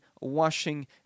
washing